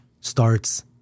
starts